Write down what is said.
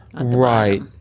Right